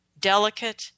delicate